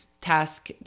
task